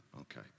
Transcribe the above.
Okay